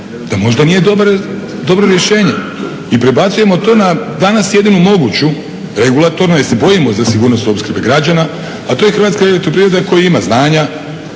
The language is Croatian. da možda nije dobro rješenje i prebacujemo to na, danas jedinu moguću regulatornu, jer se bojimo za sigurnost opskrbe građana a to je Hrvatska elektroprivreda koja ima znanja,